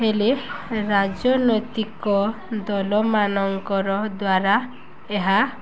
ହେଲେ ରାଜନୈତିକ ଦଳ ମାନଙ୍କର ଦ୍ୱାରା ଏହା